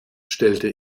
stellte